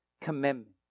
commandment